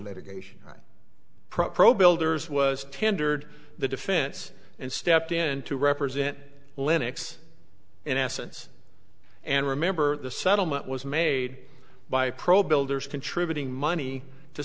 litigation pro pro builders was tendered the defense and stepped in to represent linux in essence and remember the settlement was made by pro builders contributing money to